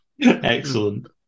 Excellent